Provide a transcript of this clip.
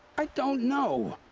i don't know!